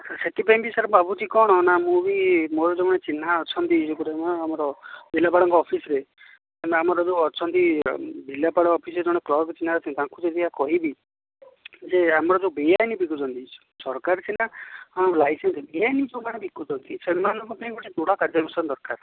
ସେଥିପାଇଁ ବି ସାର୍ ମୁଁ ଭାବୁଛି କ'ଣ ନା ମୁଁ ବି ମୋର ଜଣେ ଚିହ୍ନା ଅଛନ୍ତି ଏପଟେ ଆମର ଜିଲ୍ଲାପାଳଙ୍କ ଅଫିସ୍ରେ ମାନେ ଆମର ଏବେ ଅଛନ୍ତି ଜିଲ୍ଲାପାଳ ଅଫିସ୍ରେ ଜଣେ କ୍ଳର୍କ୍ ଚିହ୍ନା ଅଛନ୍ତି ତାଙ୍କୁ ଯଦି କହିବି ଯେ ଆମର ଯେଉଁ ବେଆଇନୀ ବିକୁଛନ୍ତି ସରକାର ସିନା ହଁ ଲାଇସେନ୍ସ୍ ବେଆଇନ୍ ସବୁଆଡ଼େ ବିକୁଛନ୍ତି ସେମାନଙ୍କ ପାଇଁ ଗୋଟିଏ ଦୃଢ଼ କାର୍ଯ୍ୟାନୁଷ୍ଠାନ୍ ଦରକାର୍